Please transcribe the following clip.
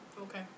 Okay